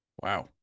Wow